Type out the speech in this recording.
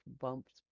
bumps